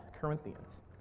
Corinthians